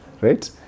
right